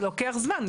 זה לוקח זמן.